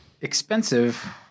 expensive